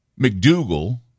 McDougall